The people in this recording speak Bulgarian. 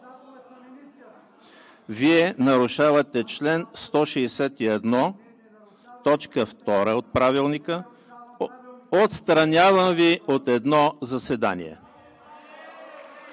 Вие нарушавате чл. 161, т. 2 от Правилника – отстранявам Ви от едно заседание.